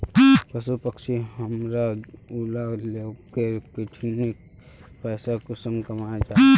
पशु पक्षी हमरा ऊला लोकेर ठिकिन पैसा कुंसम कमाया जा?